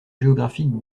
géographique